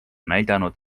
näidanud